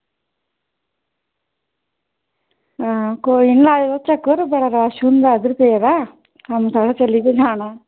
हां कोई निं लाएओ चक्कर बड़ा रश होंदा इद्धर पेदा कम्म थोह्ड़ा चली गै जाना